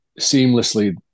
seamlessly